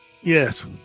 yes